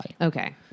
Okay